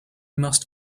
must